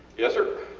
yes sir.